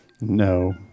No